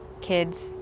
kids